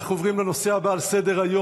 אנחנו עוברים לנושא הבא על סדר-היום,